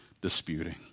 disputing